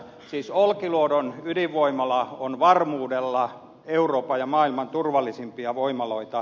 siis olkiluodon ydinvoimala on varmuudella euroopan ja maailman turvallisimpia voimaloita